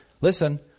listen